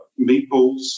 meatballs